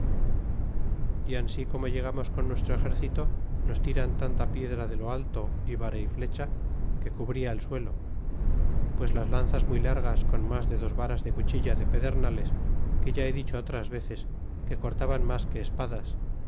y ansi como llegamos con nuestro exercito nos tiran tanta piedra de lo alto y vara y flecha que cubria el suelo pues las lanzas muy largas con mas de dos varas de cuchilla de pedernales que ya he dicho otras veces que cortaban mas que espadas